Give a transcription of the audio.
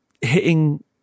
hitting